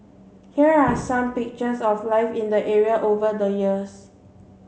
here are some pictures of life in the area over the years